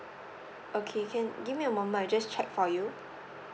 okay can give me a moment I'll just check for you